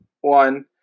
one